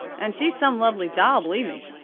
and she's some lovely doll, believe me.